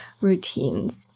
routines